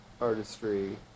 artistry